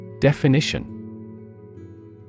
Definition